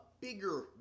bigger